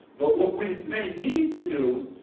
but what we may need to do,